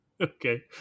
Okay